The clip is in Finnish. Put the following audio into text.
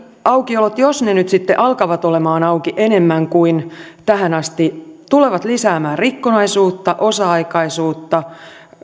aukiolot jos ne nyt alkavat olemaan auki enemmän kuin tähän asti tulevat lisäämään rikkonaisuutta osa aikaisuutta